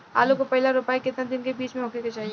आलू क पहिला रोपाई केतना दिन के बिच में होखे के चाही?